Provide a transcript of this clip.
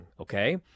okay